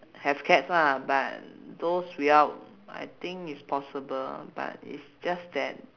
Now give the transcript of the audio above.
have cats lah but those without I think it's possible but it's just that